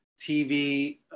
TV